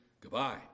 Goodbye